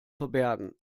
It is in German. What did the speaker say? verbergen